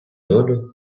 долю